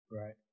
Right